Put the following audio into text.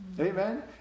Amen